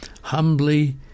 humbly